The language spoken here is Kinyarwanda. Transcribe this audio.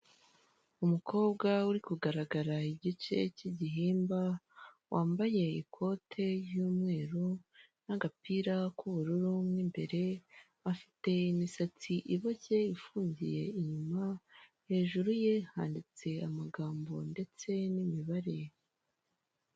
Umukobwa uri kugaragara igice cy'igihimba, wambaye ikote y'umweru, n'agapira k'ubururu mo imbere, afite imisatsi ibocye ifungiye inyuma ye, hejuru ye handitse amagambo ndetse n'imibare.